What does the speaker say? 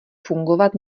fungovat